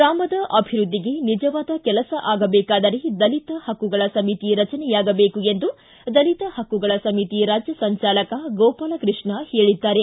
ಗ್ರಾಮದ ಅಭಿವೃದ್ದಿಗೆ ನಿಜವಾದ ಕೆಲಸ ಆಗಬೇಕಾದರೆ ದಲಿತ ಹಕ್ಕುಗಳ ಸಮಿತಿ ರಚನೆಯಾಗಬೇಕು ಎಂದು ದಲಿತ ಹಕ್ಕುಗಳ ಸಮಿತಿ ರಾಜ್ಯ ಸಂಚಾಲಕ ಗೋಪಾಲಕೃಷ್ಣ ಹೇಳದ್ದಾರೆ